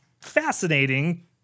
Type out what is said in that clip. fascinating